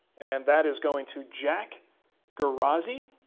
and that is going to jack garozzi